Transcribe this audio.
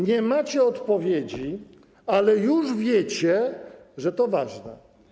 Nie macie odpowiedzi, ale już wiecie, że to ważne.